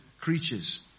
creatures